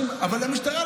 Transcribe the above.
אבל המשטרה,